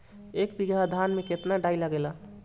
एक बीगहा धान में केतना डाई लागेला?